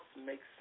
makes